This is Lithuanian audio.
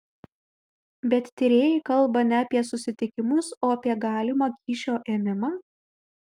bet tyrėjai kalba ne apie susitikimus o apie galimą kyšio ėmimą